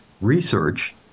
research